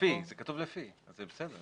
כתוב לפי, אז זה בסדר.